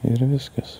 ir viskas